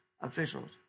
officials